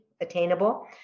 attainable